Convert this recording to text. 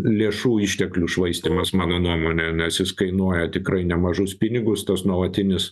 lėšų išteklių švaistymas mano nuomone nes jis kainuoja tikrai nemažus pinigus tas nuolatinis